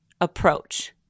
approach